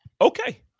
Okay